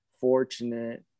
fortunate